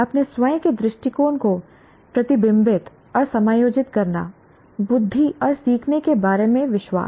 अपने स्वयं के दृष्टिकोण को प्रतिबिंबित और समायोजित करना बुद्धि और सीखने के बारे में विश्वास